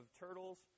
turtles